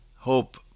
Hope